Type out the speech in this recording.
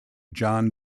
john